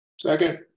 Second